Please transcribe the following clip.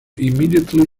immediately